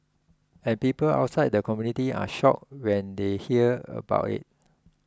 and people outside the community are shocked when they hear about it